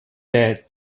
dead